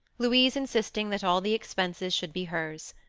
louise insisting that all the expenses should be hers.